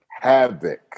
Havoc